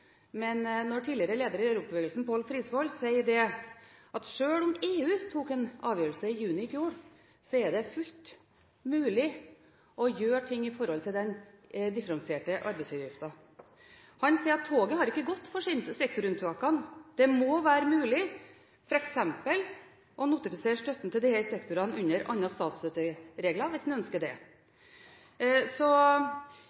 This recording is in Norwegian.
men tidligere leder i Europabevegelsen Paal Frisvold sier at sjøl om EU tok en avgjørelse i juni i fjor, er det fullt mulig å gjøre ting når det gjelder den differensierte arbeidsgiveravgiften. Han sier at toget ikke har gått for sektorunntakene. Det må være mulig f.eks. å notifisere støtten til disse sektorene under andre statsstøtteregler, hvis en ønsker det.